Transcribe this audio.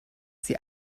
sie